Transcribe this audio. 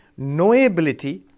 knowability